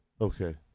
Okay